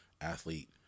athlete